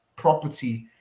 property